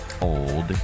old